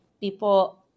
people